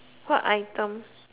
what item